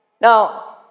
Now